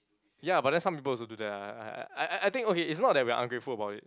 ya but then some people also do that lah I I I I think okay it's not that we are ungrateful about it